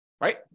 right